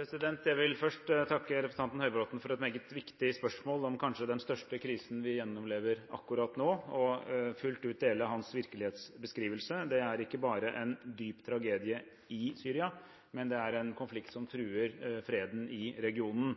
Jeg vil først takke representanten Høybråten for et meget viktig spørsmål om kanskje den største krisen vi gjennomlever akkurat nå, og fullt ut dele hans virkelighetsbeskrivelse. Det er ikke bare en dyp tragedie i Syria, men det er en konflikt som truer freden i regionen.